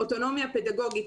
אוטונומיה פדגוגית,